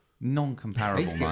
Non-comparable